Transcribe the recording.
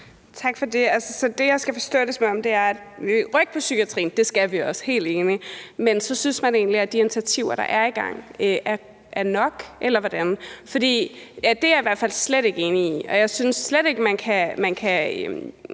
for det. Så det, jeg skal forstå det som, er, at vi skal rykke på psykiatrien. Det skal vi også – jeg er helt enig. Men synes man egentlig så, at de initiativer, der er i gang, er nok, eller hvordan? For det er jeg i hvert fald slet ikke enig i. Jeg synes slet ikke, man kan